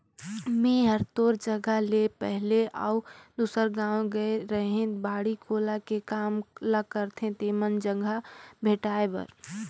मेंए हर तोर जगह ले पहले अउ दूसर गाँव गेए रेहैं बाड़ी कोला के काम ल करथे तेमन जघा भेंटाय बर